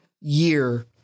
year